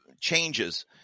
changes